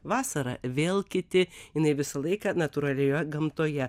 vasarą vėl kiti jinai visą laiką natūralioje gamtoje